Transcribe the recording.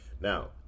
now